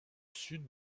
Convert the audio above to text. sud